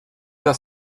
das